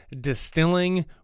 distilling